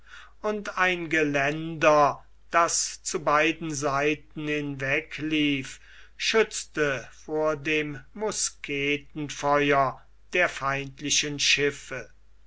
und ein geländer das zu beiden seiten hinweglief schützte vor dem musketenfeuer der feindlichen schiffe